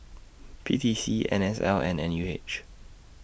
P T C N S L and N U H